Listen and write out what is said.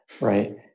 right